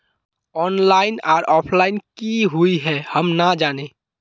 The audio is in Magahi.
ऑनलाइन आर ऑफलाइन की हुई है हम ना जाने?